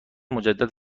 مجدد